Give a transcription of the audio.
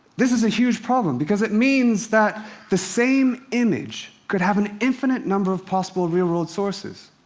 this is a huge problem, because it means that the same image could have an infinite number of possible real-world sources.